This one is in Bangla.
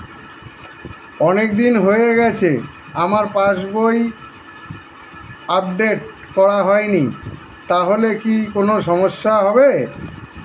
অনেকদিন হয়ে গেছে আমার পাস বই আপডেট করা হয়নি তাহলে কি কোন সমস্যা হবে?